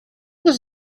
was